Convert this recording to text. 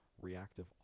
reactive